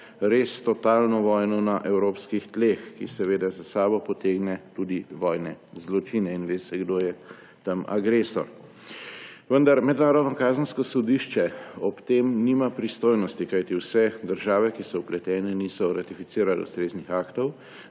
res totalno vojno na evropskih tleh, ki seveda za sabo potegne tudi vojne zločine, in ve se, kdo je tam agresor. Vendar Mednarodno kazensko sodišče ob tem nima pristojnosti, kajti vse države, ki so vpletene, niso ratificirale ustreznih aktov,